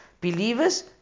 believers